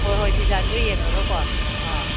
ꯍꯣꯏ ꯍꯣꯏ ꯗꯤꯖꯥꯏꯟꯗꯣ ꯌꯦꯡꯉꯒꯀꯣ ꯑꯥ